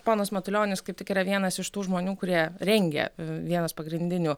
ponas matulionis kaip tik yra vienas iš tų žmonių kurie rengė vienas pagrindinių